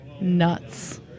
nuts